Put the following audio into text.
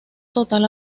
total